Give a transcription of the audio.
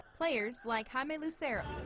players like jaime lucero.